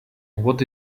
what